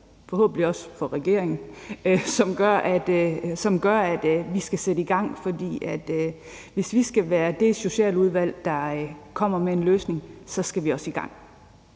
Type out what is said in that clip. forhåbentlig også for regeringen, og det gør, at vi skal sætte i gang, for hvis vi skal være dét Socialudvalg , der kommer med en løsning, så skal vi også i gang.